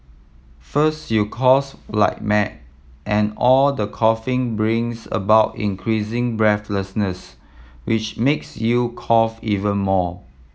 first you course like mad and all the coughing brings about increasing breathlessness which makes you cough even more